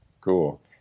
Cool